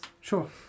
Sure